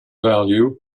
value